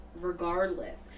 Regardless